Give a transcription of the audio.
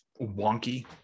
wonky